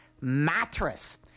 mattress